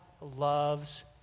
loves